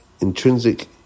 intrinsic